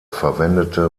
verwendete